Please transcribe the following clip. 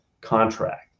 contract